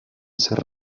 ser